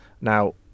Now